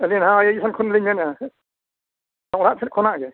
ᱟᱹᱞᱤᱧ ᱱᱟᱦᱟᱜ ᱠᱷᱚᱱᱞᱤᱧ ᱢᱮᱱᱮᱜᱼᱟ ᱚᱲᱟᱜ ᱥᱮᱫ ᱠᱷᱚᱱᱟᱜ ᱜᱮ